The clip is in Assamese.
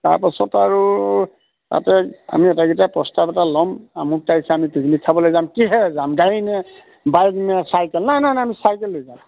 তাৰপাছত আৰু তাতে আমি এটাইকেইটাই প্ৰস্তাৱ এটা লম আমুক তাৰিখে আমি পিকনিক খাবলৈ যাম কিহেৰে যাম গাড়ী নে বাইক নে চাইকেল নাই নাই নাই আমি চাইকেল লৈ যাম